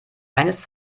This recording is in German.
eines